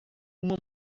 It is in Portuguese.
uma